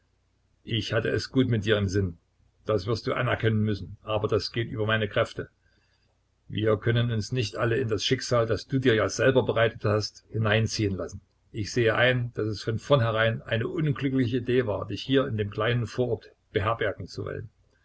ich hatte es gut mit dir im sinn das wirst du anerkennen müssen aber das geht über meine kräfte wir können uns nicht alle in das schicksal das du dir ja selber bereitet hast hineinziehen lassen ich sehe ein daß es von vornherein eine unglückliche idee war dich hier in dem kleinen vorort beherbergen zu wollen